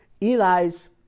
Eli's